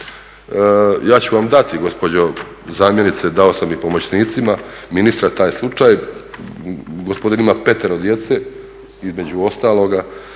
Ja ću vam dati gospođo zamjenice, dao sam i pomoćnicima ministra taj slučaj, gospodin ima 5 djece, između ostaloga,